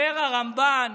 אמר רמב"ן,